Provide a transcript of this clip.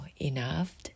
enough